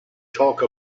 talk